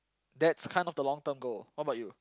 that's kind of the long term goal what about you